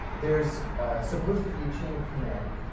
there's supposed to be a chain of command.